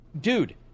dude